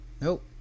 nope